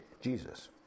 Jesus